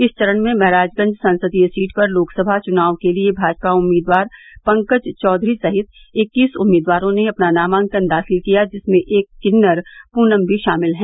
इस चरण में महराजगंज संसदीय सीट पर लोकसभा चुनाव के लिये भाजपा उम्मीदवार पंकज चौधरी सहित इक्कीस उम्मीदवारों ने अपना नामांकन दाखिल किया जिसमें एक किन्नर पूनम भी शामिल है